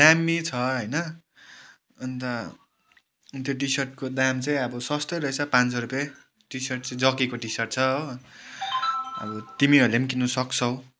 दामी छ होइन अन्त त्यो टिसर्टको दाम चाहिँ अब सस्तै रहेछ पाँच सय रुपियाँ टिसर्ट चाहिँ जक्कीको टिसर्ट छ हो अब तिमीहरूले पनि किन्नु सक्छौ